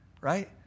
right